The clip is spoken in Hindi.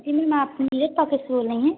जी मैम आप से बोल रही हैं